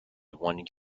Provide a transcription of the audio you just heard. one